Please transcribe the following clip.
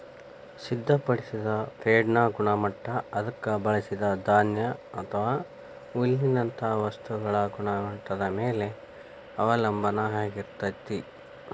ಸಿದ್ಧಪಡಿಸಿದ ಫೇಡ್ನ ಗುಣಮಟ್ಟ ಅದಕ್ಕ ಬಳಸಿದ ಧಾನ್ಯ ಅಥವಾ ಹುಲ್ಲಿನಂತ ವಸ್ತುಗಳ ಗುಣಮಟ್ಟದ ಮ್ಯಾಲೆ ಅವಲಂಬನ ಆಗಿರ್ತೇತಿ